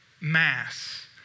mass